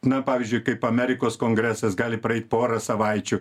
na pavyzdžiui kaip amerikos kongresas gali praeit porą savaičių